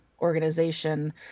organization